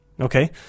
Okay